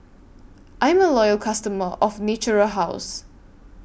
I'm A Loyal customer of Natura House